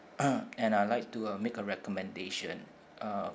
and I like to uh make a recommendation uh